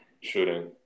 Shooting